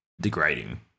degrading